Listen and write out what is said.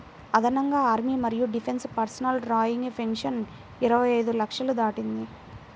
అదనంగా ఆర్మీ మరియు defence personnel drawing pension ఇరవై ఐదు లక్షలు దాటింది